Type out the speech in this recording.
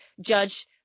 judge